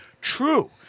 True